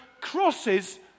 Crosses